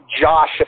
Josh